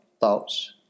thoughts